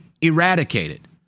eradicated